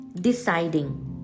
deciding